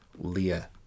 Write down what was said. Leah